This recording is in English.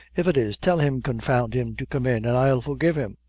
if it is, tell him, confound him! to come in, and i'll forgive him.